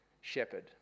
shepherd